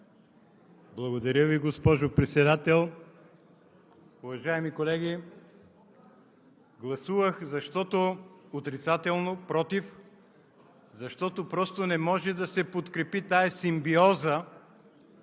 Благодаря Ви, госпожо Председател! Уважаеми колеги, гласувах отрицателно, „против“, защото просто не може да се подкрепи тази симбиоза,